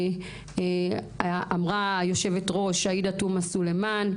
אמרה היו"ר עאידה תומא סלימאן,